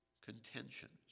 Contentions